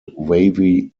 wavy